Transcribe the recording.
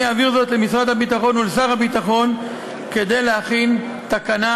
אני אעביר זאת למשרד הביטחון ולשר הביטחון כדי להכין תקנה,